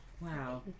Wow